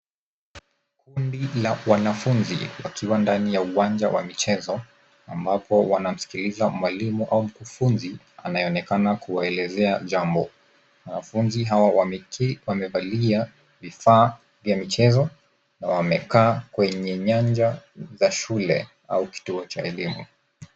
Kundi la wanafunzi wakiwa ndani ya uwanja wa michezo ambapo wanamsikiliza mwalimu au mkufunzi anayeonekana kuwaelezea jambo. Wanafunzi hao wametii wamevalia vifaa vya michezo na wamekaa kwenye nyaja za shule au kituo cha elimu.